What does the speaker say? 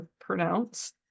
pronounce